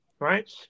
Right